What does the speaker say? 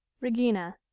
regina